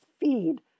feed